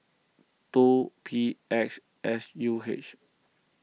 two P X S U H